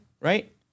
right